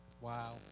Wow